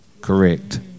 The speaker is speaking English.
Correct